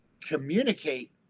communicate